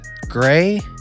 Gray